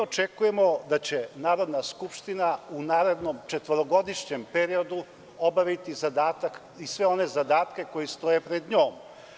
Očekujemo da će Narodna skupština u narednom četvorogodišnjem periodu obaviti zadatak uz sve one zadatke koji stoje pred njom.